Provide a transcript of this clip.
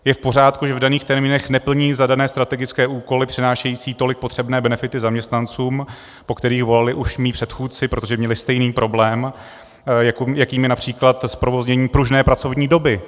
Je v pořádku, že v daných termínech neplní zadané strategické úkoly přinášející tolik potřebné benefity zaměstnancům, po kterých volali už mí předchůdci, protože měli stejný problém, jakým je například zprovoznění pružné pracovní doby?